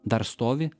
dar stovi